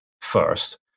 first